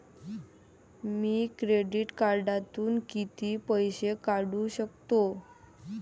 मी credit कार्डातून किती पैसे काढू शकतो?